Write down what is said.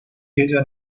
ella